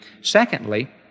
Secondly